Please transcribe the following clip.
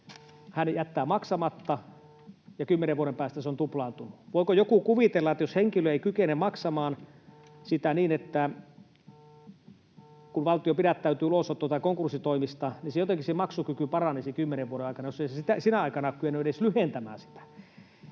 hän jättää maksamatta, ja kymmenen vuoden päästä se on tuplaantunut. Voiko joku kuvitella, että jos henkilö ei kykene maksamaan sitä, niin kun valtio pidättäytyy ulosotto- tai konkurssitoimista, niin jotenkin se maksukyky paranisi kymmenen vuoden aikana, jos hän ei sinä aikana ole kyennyt edes lyhentämään sitä?